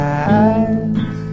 eyes